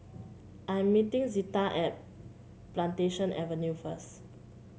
I am meeting Zita at Plantation Avenue first